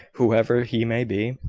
whoever he may be?